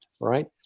right